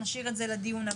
נשאיר את זה לדיון הבא.